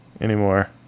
anymore